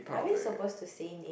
are we suppose to say name